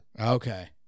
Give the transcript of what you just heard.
Okay